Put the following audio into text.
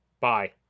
Bye